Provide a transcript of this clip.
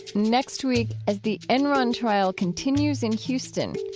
next week, as the enron trial continues in houston,